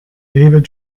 david